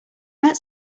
met